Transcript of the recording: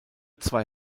zwei